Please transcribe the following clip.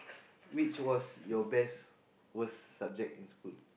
which was your best worst subject in school